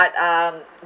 um